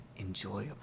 enjoyable